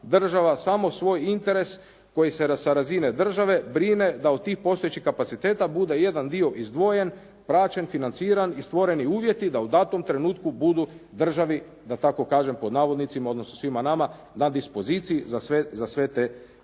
država samo svoj interes koji se sa razine države brine da od tih postojećih kapaciteta bude jedan dio izdvojen, praćen, financiran i stvoreni uvjeti da u datom trenutku budu državi da tako kažem pod navodnicima, odnosno svima nama na dispoziciji za sve te poslove